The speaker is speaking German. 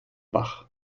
bach